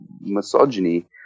misogyny